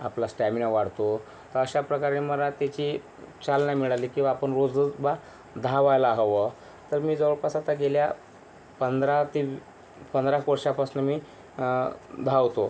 आपला स्टॅमिना वाढतो अशाप्रकारे मला त्याची चालना मिळाली की बा आपण रोजच बा धावायला हवं तर मी जवळपास आता गेल्या पंधरा ते पंधरा एक वर्षापासून मी धावतो